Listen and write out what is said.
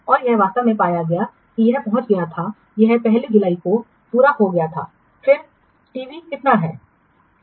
और यह वास्तव में पाया गया कि यह पहुंच गया था यह पहली जुलाई को पूरा हो गया था फिर टीवी कितना है